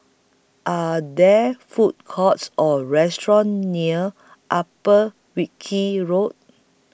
Are There Food Courts Or restaurants near Upper Wilkie Road